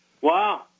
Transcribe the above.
Wow